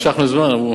משכנו זמן.